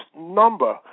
number